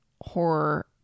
horror